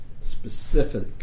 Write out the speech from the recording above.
specific